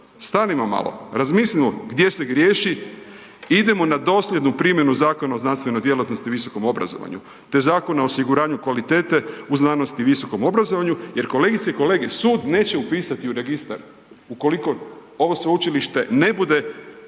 stanimo malo. Razmislimo gdje se griješi. Idemo na dosljednu primjenu Zakona o znanstvenoj djelatnosti i visokom obrazovanju te Zakona o osiguranju kvalitete u znanosti i visokom obrazovanju jer kolegice i kolege sud neće upisati u registar ukoliko ovo sveučilište ne bude osnovano